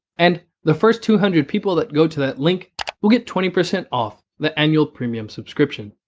and, the first two hundred people that go to that link will get twenty percent off the annual premium subscription.